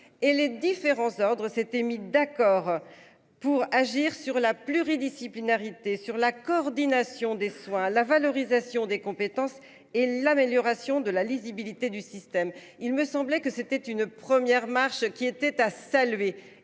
et les différents ordres s'étaient mis d'accord. Pour agir sur la pluridisciplinarité sur la coordination des soins, la valorisation des compétences et l'amélioration de la lisibilité du système. Il me semblait que c'était une première marche qui était à saluer